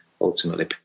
ultimately